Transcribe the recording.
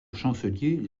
chancelier